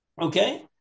Okay